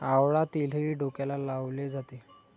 आवळा तेलही डोक्याला लावले जाते